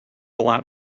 lot